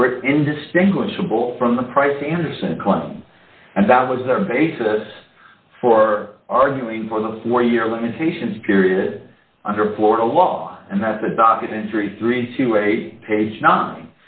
were indistinguishable from the price anderson clone and that was their basis for arguing for the four year limitations period under florida law and that the documentary three to a page n